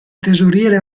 tesoriere